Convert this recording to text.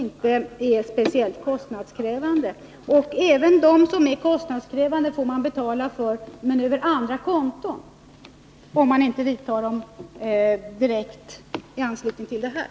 Även åtgärder som är kostnadskrävande får man betala för, men över andra konton — om man inte vidtar dem direkt i anslutning till det här.